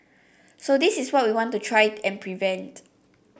so this is what we want to try and prevent